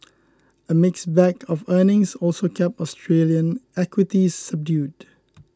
a mixed bag of earnings also kept Australian equities subdued